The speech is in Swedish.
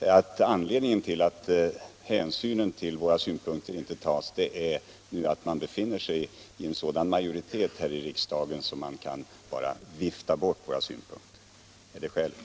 Är anledningen till att hänsyn till våra synpunkter inte tas den att de borgerliga befinner sig i en sådan klar majoritetsställning här i riksdagen att man därför bara kan vifta bort dem?